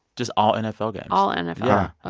just all nfl games all nfl